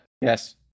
Yes